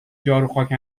جاروخاک